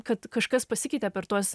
kad kažkas pasikeitė per tuos